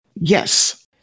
Yes